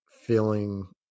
feeling